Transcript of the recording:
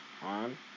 On